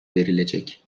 verilecek